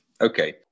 Okay